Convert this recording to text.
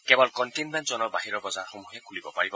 কেৱল কণ্টেইনমেণ্ট জনৰ বাহিৰৰ বজাৰসমূহে খুলিব পাৰিব